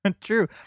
true